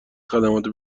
خدمات